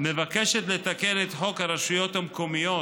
מבקשת לתקן את חוק הרשויות המקומיות